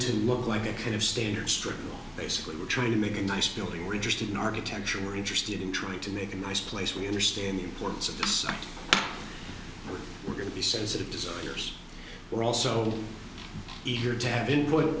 to look like a kind of standard street basically we're trying to make a nice building we're interested in architecture we're interested in trying to make a nice place we understand the importance of this we're going to be sensitive designers we're also eager to have